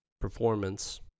performance